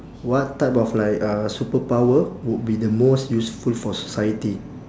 what type of like uh superpower would be the most useful for society